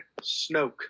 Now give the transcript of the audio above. Snoke